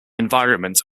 environment